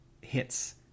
hits